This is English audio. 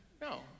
no